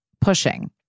pushing